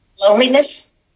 loneliness